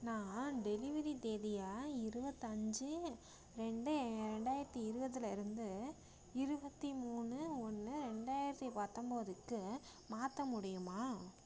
நான் டெலிவெரி தேதியை இருபத்தஞ்சி ரெண்டு ரெண்டாயிரத்து இருபதுல இருந்து இருபத்தி மூணு ஒன்று ரெண்டாயிரத்து பத்தொம்பதுக்கு மாற்ற முடியுமா